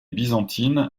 byzantines